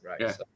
right